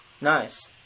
Nice